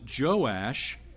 Joash